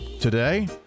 today